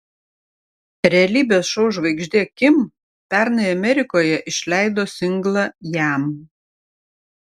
realybės šou žvaigždė kim pernai amerikoje išleido singlą jam